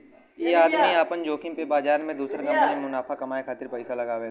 ई आदमी आपन जोखिम पे बाजार मे दुसर कंपनी मे मुनाफा कमाए खातिर पइसा लगावेला